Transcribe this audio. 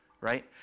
Right